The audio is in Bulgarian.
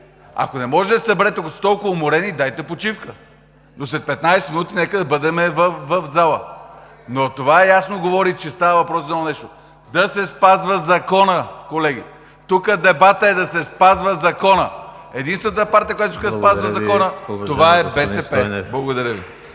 Ако не можете да се съберете, ако сте толкова уморени, дайте почивка, но след 15 минути нека да бъдем в залата. Но това ясно говори, че става въпрос за едно нещо – да се спазва законът, колеги. Тук дебатът е да се спазва законът. Единствената партия, която иска да се спазва законът, това е БСП. Благодаря Ви.